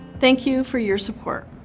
thank you for your support.